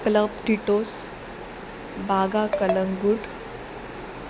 club Tito's Baga Calangute